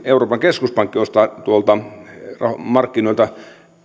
euroopan keskuspankki ostaa tänäkin päivänä markkinoilta